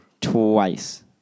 Twice